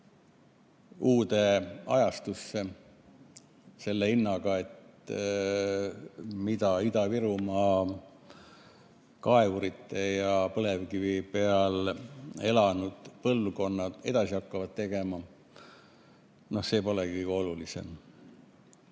uude ajastusse, selle hinnaga, et see, mida Ida-Virumaa kaevurid ja põlevkivi peal elanud põlvkonnad edasi hakkavad tegema, pole kõige olulisem.